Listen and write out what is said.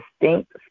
distinct